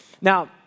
Now